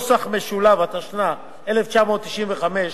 התשנ"ה 1995,